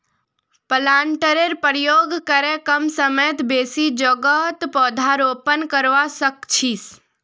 प्लांटरेर प्रयोग करे कम समयत बेसी जोगहत पौधरोपण करवा सख छी